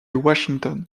washington